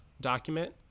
document